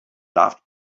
laughed